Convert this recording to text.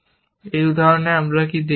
এই উদাহরণে আমরা কি দেখিয়েছি